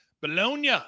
Bologna